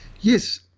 Yes